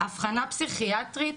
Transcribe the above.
אבחנה פסיכיאטרית.